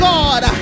God